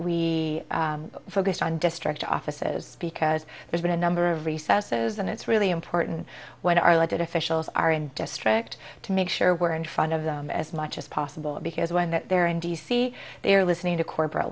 we focused on district offices because there's been a number of recesses and it's really important when our elected officials are in district to make sure we're in front of them as much as possible because when they're in d c they're listening to corporate